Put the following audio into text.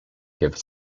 give